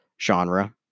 genre